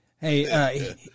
Hey